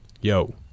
Yo